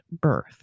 birth